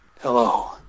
Hello